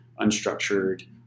unstructured